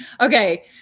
okay